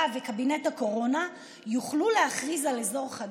וקבינט הקורונה יוכלו להכריז על אזור חדש: